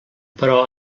però